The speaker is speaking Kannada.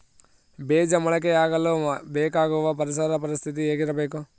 ಬೇಜ ಮೊಳಕೆಯಾಗಲು ಬೇಕಾಗುವ ಪರಿಸರ ಪರಿಸ್ಥಿತಿ ಹೇಗಿರಬೇಕು?